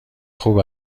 خوب